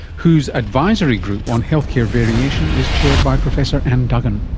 whose advisory group on healthcare variation is chaired by professor anne duggan.